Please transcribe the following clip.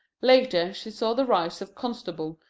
later she saw the rise of constable,